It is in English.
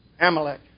Amalek